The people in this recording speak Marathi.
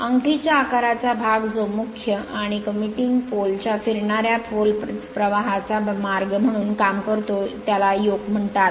अंगठीच्या आकाराचा भाग जो मुख्य आणि कम्युटिंग पोल च्या फिरणार्या pole प्रवाहाचा मार्ग म्हणून काम करतो त्याला योक म्हणतात